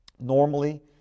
Normally